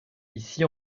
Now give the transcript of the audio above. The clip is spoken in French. ici